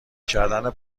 کردن